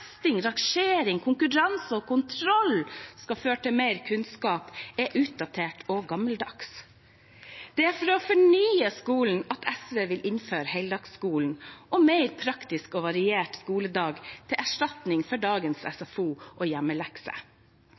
rangering, konkurranse og kontroll skal føre til mer kunnskap, er utdatert og gammeldags. Det er for å fornye skolen at SV vil innføre heldagsskolen og en mer praktisk og variert skoledag til erstatning for dagens SFO og